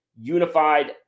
unified